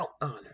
honor